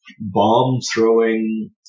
bomb-throwing